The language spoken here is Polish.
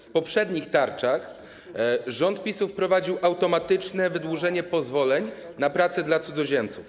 W poprzednich tarczach rząd PiS-u wprowadził automatyczne wydłużenie pozwoleń na pracę dla cudzoziemców.